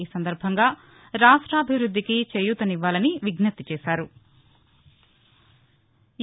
ఈ సందర్భంగా రాష్ట్రాభివృద్దికి చేయూతనివ్వాలని విజ్ఞప్తి చేశారు